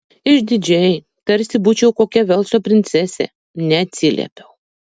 išdidžiai tarsi būčiau kokia velso princesė neatsiliepiau